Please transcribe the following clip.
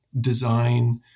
design